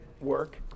work